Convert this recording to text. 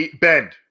bend